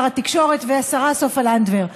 שר התקשורת והשרה סופה לנדבר.